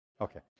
Okay